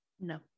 No